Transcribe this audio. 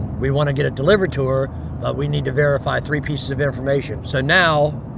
we want to get a delivery to her but we need to verify three pieces of information. so now,